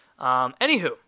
anywho